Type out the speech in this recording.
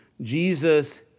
Jesus